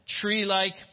tree-like